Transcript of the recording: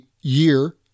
year